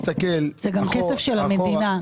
זה גם כסף של המדינה.